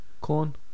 Corn